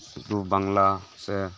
ᱥᱩᱫᱩ ᱵᱟᱝᱞᱟ ᱥᱮ